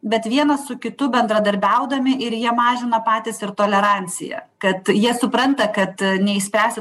bet vienas su kitu bendradarbiaudami ir jie mažina patys ir toleranciją kad jie supranta kad neišspręsi